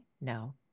No